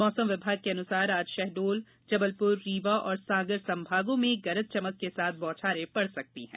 मौसम विभाग के अनुसार आज शहडोलजबलपुररीवा और सागर संभागों के जिलों में गरज चमक के साथ बौछारे पड़ सकती है